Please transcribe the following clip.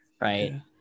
right